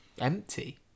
Empty